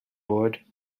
bored